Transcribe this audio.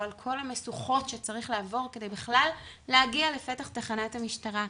על כל המשוכות שצריך לעבור כדי בכלל להגיע לפתח תחנת המשטרה.